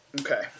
Okay